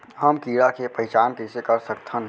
हम कीड़ा के पहिचान कईसे कर सकथन